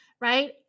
right